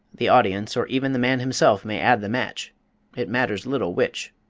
the audience, or even the man himself, may add the match it matters little which,